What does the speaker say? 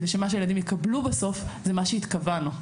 כדי שמה שהילדים יקבלו בסוף זה מה שהתכוונו.